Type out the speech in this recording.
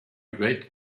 great